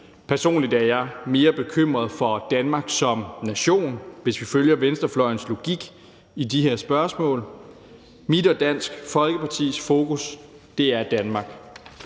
Personligt er jeg mere bekymret for Danmark som nation, hvis vi følger venstrefløjens logik i de her spørgsmål. Mit og Dansk Folkepartis fokus er Danmark.